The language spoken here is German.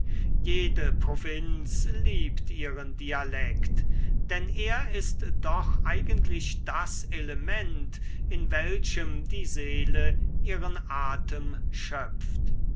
jede provinz liebt ihren dialekt denn er ist doch eigentlich das element in welchem die seele ihren atem schöpft